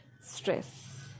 stress